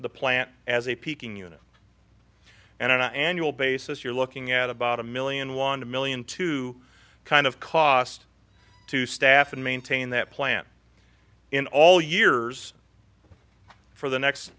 the plant as a peaking unit and an annual basis you're looking at about a million one hundred million to kind of cost to staff and maintain that plant in all years for the next